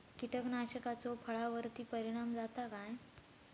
कीटकनाशकाचो फळावर्ती परिणाम जाता काय?